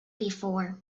before